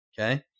Okay